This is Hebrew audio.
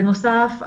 בנוסף,